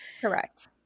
Correct